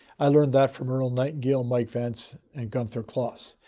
i learned that from earl nightengale, mike vance and gunther kloss.